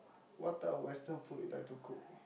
what type of western food you like to cook